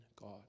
God